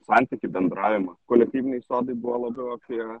santykį bendravimą kolektyviniai sodai buvo labiau apie